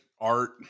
art